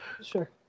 Sure